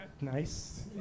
nice